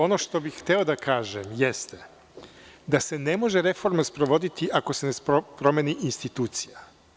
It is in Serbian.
Ono što bih hteo da kažem jeste da se ne može reforma sprovoditi ako se ne promeni institucija.